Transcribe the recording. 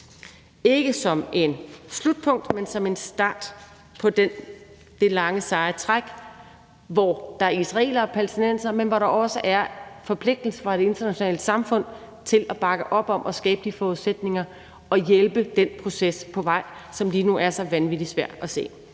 tænkt som et slutpunkt, men som en start på det lange seje træk med israelere og palæstinensere og også med forpligtelserfra det internationale samfund til at bakke op om at skabe de forudsætninger og hjælpe den proces på vej, som lige nu er så vanvittig svær at se